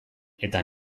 eta